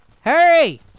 Hurry